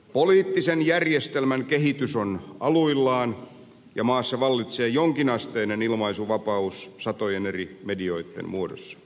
poliittisen järjestelmän kehitys on aluillaan ja maassa vallitsee jonkin asteinen ilmaisunvapaus satojen eri medioitten muodossa